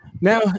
Now